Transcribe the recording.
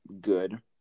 good